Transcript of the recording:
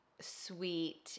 sweet